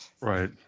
Right